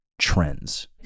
trends